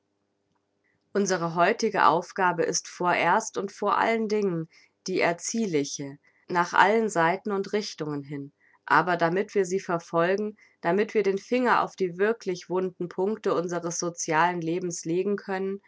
unsere heutige aufgabe ist vorerst und vor allen dingen die erziehliche nach allen seiten und richtungen hin aber damit wir sie verfolgen damit wir den finger auf die wirklich wunden punkte unseres socialen lebens legen können